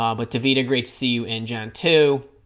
um but divita great to see you in john too